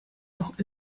doch